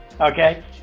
Okay